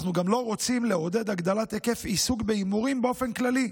אנחנו גם לא רוצים לעודד הגדלת היקף עיסוק בהימורים באופן כללי,